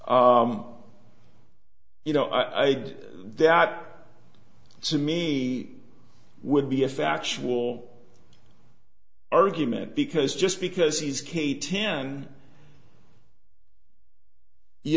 you know i did that to me would be a factual argument because just because he's k ten you